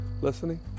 listening